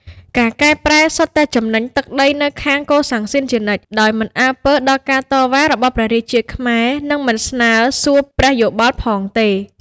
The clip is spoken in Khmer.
ការកែប្រែ សុទ្ធតែចំណេញទឹកដីទៅខាងកូសាំងស៊ីនជានិច្ច ដោយមិនអើពើដល់ការតវ៉ារបស់ព្រះរាជាខ្មែរ និងមិនស្នើសួរព្រះយោបល់ផងទេ។